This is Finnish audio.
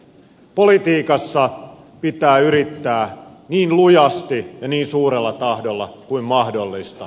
politiikassa pitää yrittää niin lujasti ja niin suurella tahdolla kuin mahdollista